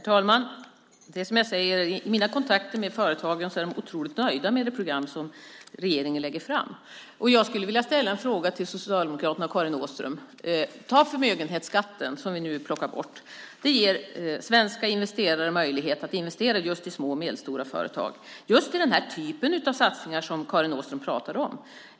Herr talman! I mina kontakter med företagen är de otroligt nöjda med de program som regeringen lägger fram. Jag skulle vilja ställa en fråga till Socialdemokraterna och Karin Åström. Att vi plockar bort förmögenhetsskatten ger svenska investerare möjlighet att investera i små och medelstora företag - just i den typ av satsningar som Karin Åström talade om.